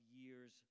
years